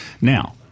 Now